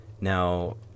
Now